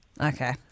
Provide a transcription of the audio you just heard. Okay